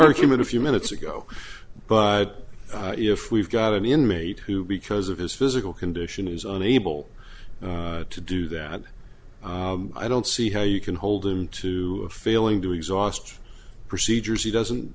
him in a few minutes ago but if we've got an inmate who because of his physical condition is unable to do that i don't see how you can hold him to failing to exhaust procedures he doesn't